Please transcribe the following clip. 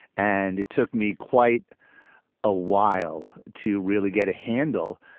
and it took me quite a while to really get a handle,